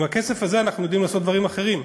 עם הכסף הזה אנחנו יודעים לעשות דברים אחרים.